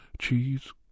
Cheese